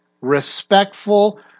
respectful